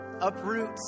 uproot